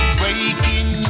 breaking